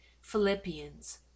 Philippians